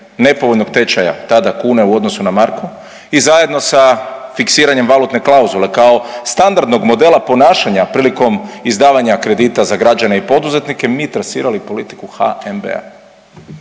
nepovoljnog tečaja tada kune u odnosu na marku i zajedno sa fiksiranjem valutne klauzule kao standardnog modela ponašanja prilikom izdavanja kredita za građane i poduzetnike mi trasirali politiku HNB-a.